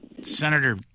Senator